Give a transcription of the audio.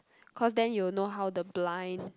cause then you will know how the blind